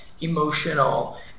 emotional